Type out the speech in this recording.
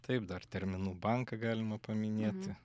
taip dar terminų banką galima paminėti